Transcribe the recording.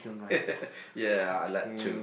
yeah I like too